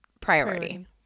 priority